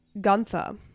gunther